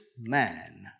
man